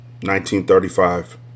1935